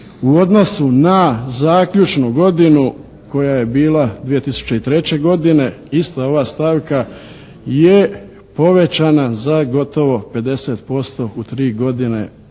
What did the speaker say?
u odnosu na zaključnu godinu koja je bila 2003. godine ista ova stavka je povećana za gotovo 50%. U 3 godine